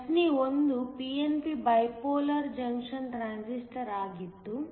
ಪ್ರಶ್ನೆ 1 p n p bipolar junction transistor ಆಗಿತ್ತು